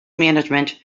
management